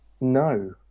no